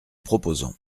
proposons